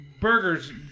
Burgers